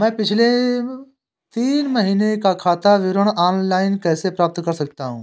मैं पिछले तीन महीनों का खाता विवरण ऑनलाइन कैसे प्राप्त कर सकता हूं?